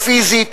פיזית,